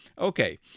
Okay